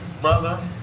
brother